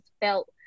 felt